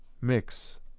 Mix